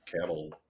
cattle